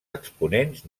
exponents